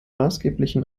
maßgeblichen